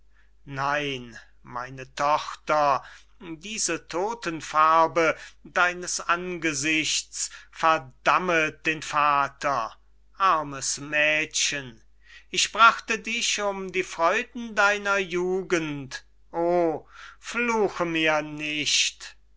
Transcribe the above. nein meine tochter diese todten farbe deines angesichts verdammet den vater armes mädgen ich brachte dich um die freuden deiner jugend o fluche mir nicht